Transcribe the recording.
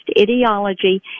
ideology